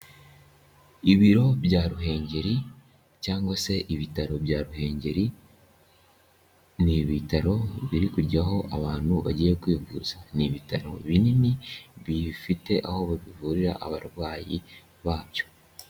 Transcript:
Ibiro bya Ruhengeri cyangwa se ibitaro bya Ruhengeri, ni ibitaro biri kujyaho abantu bagiye kwivuza. Ni ibitaro binini bifite aho bivurira abarwayi babyo.